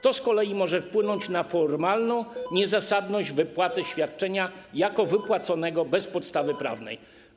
To z kolei może wpłynąć na formalną niezasadność wypłaty świadczenia jako wypłaconego bez podstawy prawnej.